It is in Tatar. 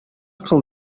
кыл